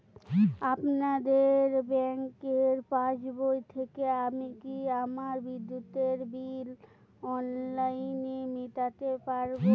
আপনাদের ব্যঙ্কের পাসবই থেকে আমি কি আমার বিদ্যুতের বিল অনলাইনে মেটাতে পারবো?